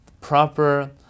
proper